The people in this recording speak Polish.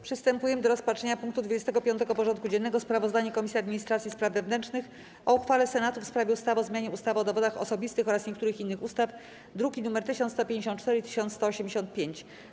Przystępujemy do rozpatrzenia punktu 25. porządku dziennego: Sprawozdanie Komisji Administracji i Spraw Wewnętrznych o uchwale Senatu w sprawie ustawy o zmianie ustawy o dowodach osobistych oraz niektórych innych ustaw (druki nr 1154 i 1185)